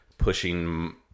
pushing